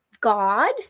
god